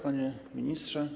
Panie Ministrze!